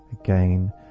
again